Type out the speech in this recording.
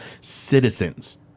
citizens